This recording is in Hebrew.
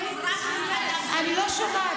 אני לא שומעת.